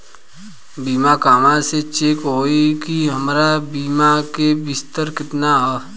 बीमा कहवा से चेक होयी की हमार बीमा के किस्त केतना ह?